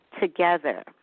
Together